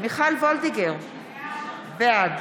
מיכל וולדיגר, בעד